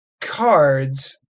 cards